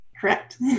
correct